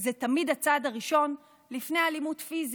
זה תמיד הצעד הראשון לפני אלימות פיזית.